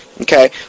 Okay